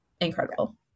incredible